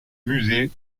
musée